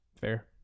Fair